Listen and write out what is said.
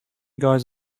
guys